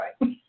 Right